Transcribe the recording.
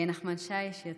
נחמן שי.